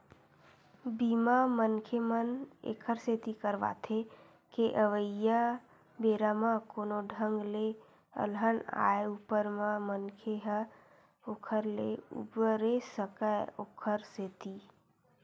बीमा, मनखे मन ऐखर सेती करवाथे के अवइया बेरा म कोनो ढंग ले अलहन आय ऊपर म मनखे ह ओखर ले उबरे सकय ओखर सेती